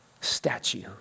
statue